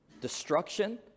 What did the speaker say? destruction